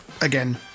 again